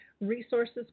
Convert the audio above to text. resources